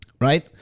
right